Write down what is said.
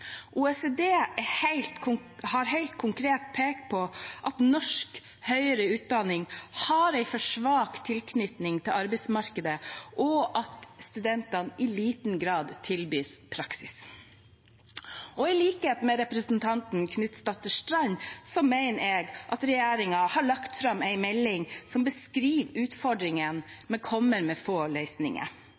OECD har helt konkret pekt på at norsk høyere utdanning har for svak tilknytning til arbeidsmarkedet, og at studentene i liten grad tilbys praksis. I likhet med representanten Knutsdatter Strand mener jeg at regjeringen har lagt fram en melding som beskriver utfordringene, men kommer med få løsninger.